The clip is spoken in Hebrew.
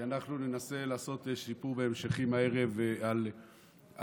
כי אנחנו ננסה לעשות סיפור בהמשכים הערב על הספר,